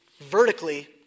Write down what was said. vertically